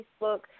Facebook